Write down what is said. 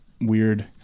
weird